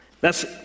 thats